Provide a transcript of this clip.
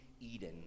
eden